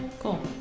cool